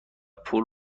پول